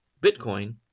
bitcoin